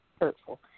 hurtful